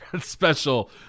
special